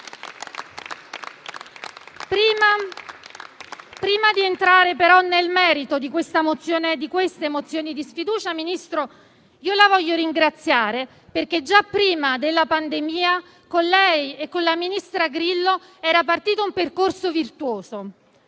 Prima di entrare nel merito di queste mozioni di sfiducia, signor Ministro, la voglio ringraziare, perché già prima della pandemia con lei e con il ministro Grillo era partito un percorso virtuoso.